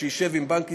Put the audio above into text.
שישב עם בנק ישראל.